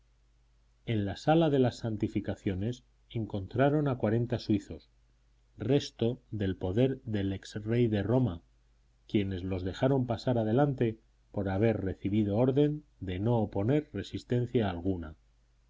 en la sala de las santificaciones encontraron a cuarenta suizos resto del poder del ex rey de roma quienes los dejaron pasar adelante por haber recibido orden de no oponer resistencia alguna